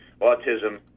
autism